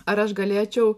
ar aš galėčiau